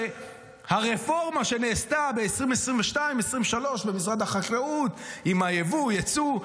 הרפורמה שנעשתה ב-2022 2023 למשרד החקלאות עם היבוא-יצוא,